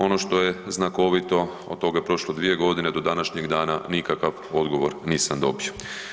Ono što je znakovito od toga prošlo 2 godine, do današnjeg dana nikakav odgovor nisam dobio.